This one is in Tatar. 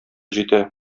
җитә